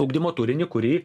ugdymo turinį kurį